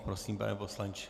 Prosím, pane poslanče.